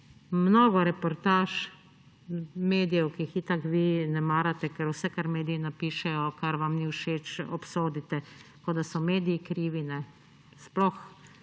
mnogo reportaž medijev, ki jih itak vi ne marate, ker vse, kar mediji napišejo, kar vam ni všeč, obsodite, kot da so mediji krivi, sploh